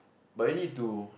but you need to